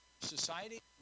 society